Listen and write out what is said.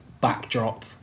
backdrop